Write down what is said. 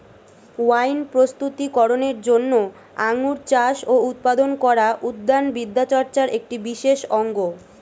wine প্রস্তুতি করনের জন্য আঙুর চাষ ও উৎপাদন করা উদ্যান বিদ্যাচর্চার একটি বিশেষ অঙ্গ